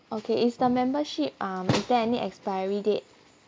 okay is the membership um is there any expiry date